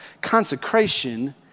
Consecration